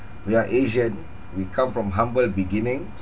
we are asian we come from humble beginnings